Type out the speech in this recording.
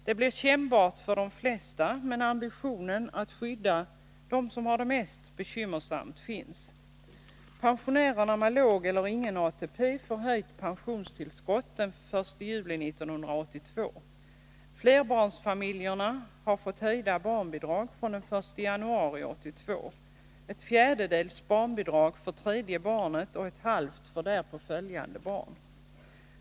Det blir kännbart för de flesta, men ambitionen att skydda dem som har det bekymmersamt finns. Flerbarnsfamiljerna har fått höjda barnbidrag från den 1 januari 1982 - ett fjärdedels barnbidrag för tredje barnet och ett halvt för varje därpå följande barn.